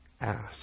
ask